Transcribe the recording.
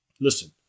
Listen